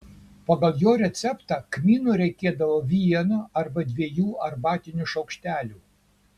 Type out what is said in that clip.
pagal jo receptą kmynų reikėdavo vieno arba dviejų arbatinių šaukštelių